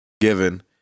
given